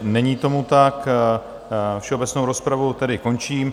Není tomu tak, všeobecnou rozpravu tedy končím.